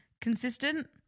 Consistent